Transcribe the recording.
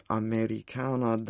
americana